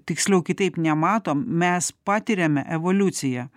tiksliau kitaip nematom mes patiriame evoliuciją